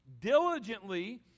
diligently